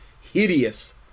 hideous